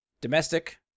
domestic